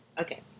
Okay